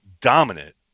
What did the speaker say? dominant